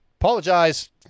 apologize